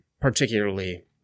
particularly